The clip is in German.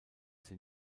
sie